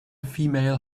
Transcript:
female